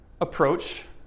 approach